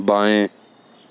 बाएँ